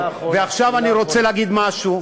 עכשיו אני רוצה להגיד משהו.